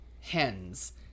hens